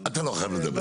אתה לא חייב לדבר.